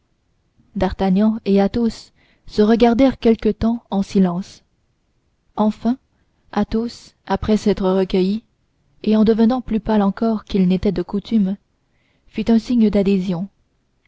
d'artagnan et athos se regardèrent quelque temps en silence enfin athos après s'être recueilli et en devenant plus pâle encore qu'il n'était de coutume fit un signe d'adhésion